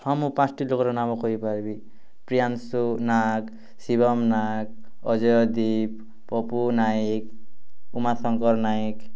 ହଁ ମୁଁ ପାଞ୍ଚଟି ଲୋକର ନାମ କହିପାରିବି ପ୍ରିୟାଂଶୁ ନାଗ ଶିବମ୍ ନାଗ ଅଜୟ ଦୀପ୍ ପପୁ ନାଏକ ଉମାଶଙ୍କର ନାଏକ